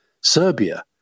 serbia